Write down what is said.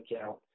account